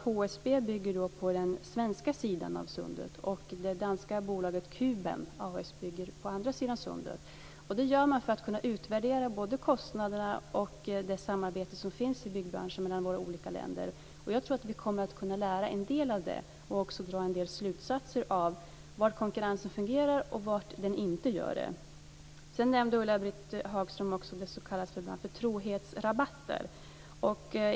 HSB bygger på den svenska sidan av sundet. Det danska bolaget Kuben A/S bygger på andra sidan sundet. Det gör man för att kunna utvärdera kostnaderna och samarbetet i byggbranschen mellan våra olika länder. Jag tror att vi kommer att lära en del av det och också dra slutsatser av var konkurrensen fungerar och var den inte gör det. Ulla-Britt Hagström nämnde det som ibland kallas för trohetsrabatter.